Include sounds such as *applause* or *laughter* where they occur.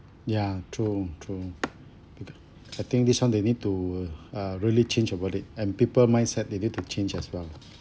ya true true *noise* I think this one they need to uh uh really change about it and people mindset they need to change as well